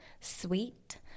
sweet